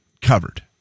covered